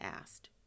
asked